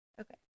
Okay